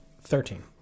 Thirteen